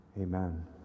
Amen